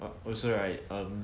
but also right um